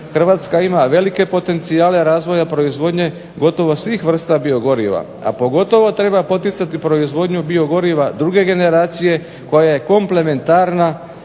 Hrvatska ima velike potencijale razvoja proizvodnje gotovo svih vrsta biogoriva, a pogotovo treba poticati proizvodnju biogoriva druge generacije koja je komplementarna